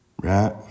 Right